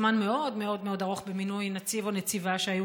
זמן מאוד מאוד ארוך במינוי נציב או נציבה שהיו